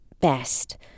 best